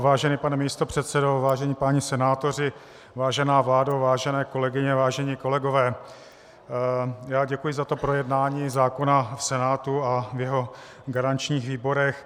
Vážený pane místopředsedo, vážení páni senátoři, vážená vládo, vážené kolegyně, vážení kolegové, děkuji za to projednání zákona v Senátu a v jeho garančních výborech.